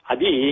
Adi